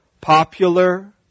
popular